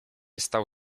stał